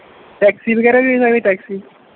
taxi ਵਗੈਰਾ ਵੀ ਹੋ ਸਕਦੀ ਟੈਕਸੀ